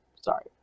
sorry